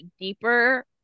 deeper